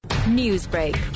Newsbreak